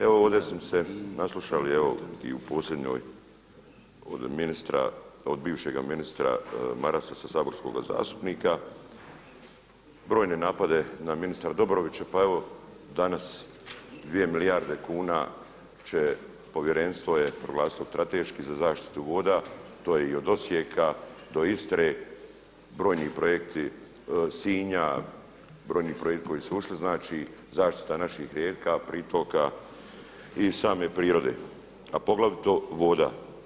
Evo ovdje smo se naslušali evo i u posljednjoj od ministra, od bivšega ministra Marasa sa saborskoga zastupnika brojne napade na ministra Dobrovića, pa evo danas 2 milijarde kuna će, povjerenstvo je proglasilo strateški za zaštitu voda, to je i od Osijeka, do Istre, brojni projekti Sinja, brojni projekti koji su ušli, znači zaštita naših rijeka, pritoka i same prirode a poglavito voda.